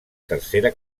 tercera